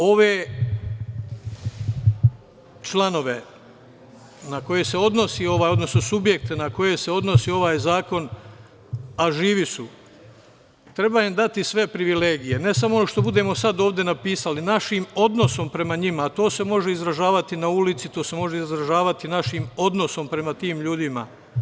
Ove članove na koje se odnosni, odnosno subjekte na koje se odnosi ovaj zakon, a živi su, treba ima dati sve privilegije, ne samo ono što budemo sada ovde napisali, našim odnosom prema njima, a to se može izražavati na ulici, to se može izražavati našim odnosom prema tim ljudima.